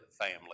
family